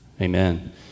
Amen